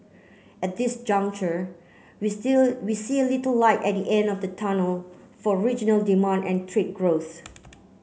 at this juncture we see a we see a little light at the end of the tunnel for regional demand and trade growth